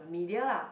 media lah